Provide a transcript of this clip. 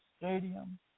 stadium